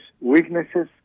weaknesses